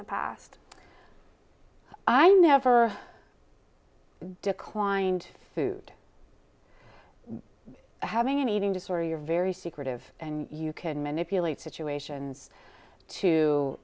the past i never declined food having an eating disorder you're very secretive and you can manipulate situations to